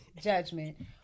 judgment